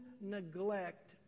neglect